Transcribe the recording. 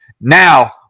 Now